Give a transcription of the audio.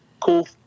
cool